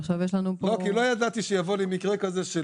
כי לא ידעתי שיבוא לי מקרה כזה.